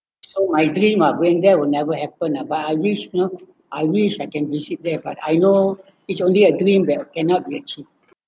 so my dream are going there will never happen ah but I wish you know I wish I can visit there but I know it's only a dream that cannot be achieved